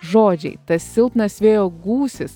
žodžiai tas silpnas vėjo gūsis